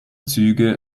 züge